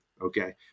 okay